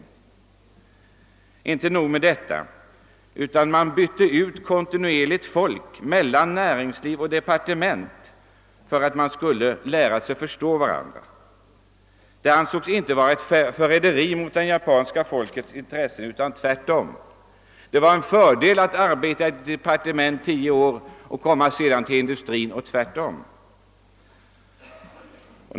Men inte nog med detta: man bytte kontinuerligt folk mellan näringsliv och departement för att lära sig förstå varandra. Detta ansågs inte vara ett förräderi mot det japanska folkets intressen utan tvärtom. Det var en fördel att arbeta tio år i ett departement och sedan komma till industrin eller vice versa.